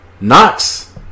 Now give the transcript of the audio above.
Knox